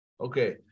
Okay